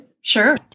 Sure